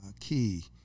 key